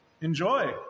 enjoy